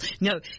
no